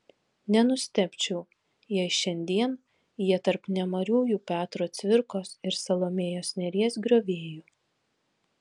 nenustebčiau jei šiandien jie tarp nemariųjų petro cvirkos ir salomėjos nėries griovėjų